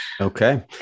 okay